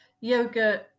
yoga